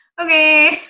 Okay